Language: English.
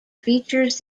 features